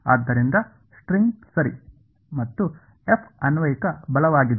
ಆದ್ದರಿಂದ ಸ್ಟ್ರಿಂಗ್ ಸರಿ ಮತ್ತು F ಅನ್ವಯಿಕ ಬಲವಾಗಿದೆ